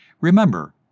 Remember